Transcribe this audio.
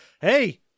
hey